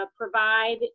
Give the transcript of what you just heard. provide